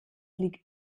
liegt